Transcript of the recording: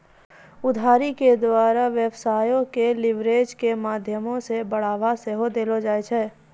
उधारी के द्वारा व्यवसायो के लीवरेज के माध्यमो से बढ़ाबा सेहो देलो जाय छै